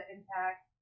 Impact